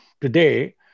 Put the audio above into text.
today